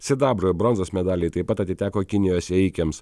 sidabro ir bronzos medaliai taip pat atiteko kinijos ėjikėms